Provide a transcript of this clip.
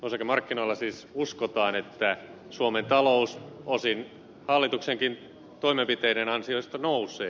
osakemarkkinoilla siis uskotaan että suomen talous osin hallituksenkin toimenpiteiden ansiosta nousee